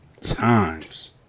times